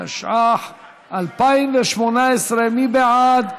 התשע"ח 2018. מי בעד?